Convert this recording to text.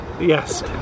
yes